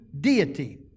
deity